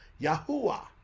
Yahuwah